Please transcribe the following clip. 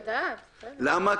למה?